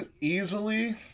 easily